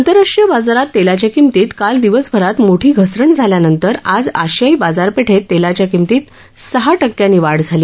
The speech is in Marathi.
आंतरराष्ट्रीय बाजारात तेलाच्या किंमतीत काल दिवसभरात मोठी धसरण झाल्यानंतर आज आशियाई बाजारपेठेत तेलाच्या किंमतीत सहा टक्क्यानं वाढ झाली